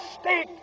state